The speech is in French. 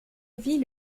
vis